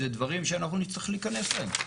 זה דברים שאנחנו נצטרך להיכנס להם.